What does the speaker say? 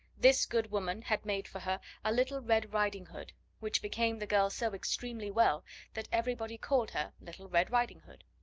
this good woman had made for her a little red riding-hood which became the girl so extremely well that everybody called her little red riding-hood.